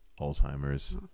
Alzheimer's